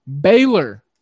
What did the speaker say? Baylor